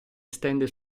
estende